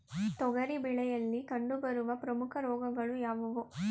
ತೊಗರಿ ಬೆಳೆಯಲ್ಲಿ ಕಂಡುಬರುವ ಪ್ರಮುಖ ರೋಗಗಳು ಯಾವುವು?